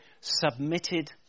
submitted